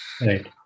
right